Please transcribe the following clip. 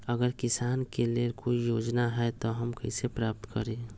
अगर किसान के लेल कोई योजना है त हम कईसे प्राप्त करी?